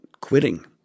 quitting